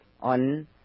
on